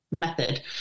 method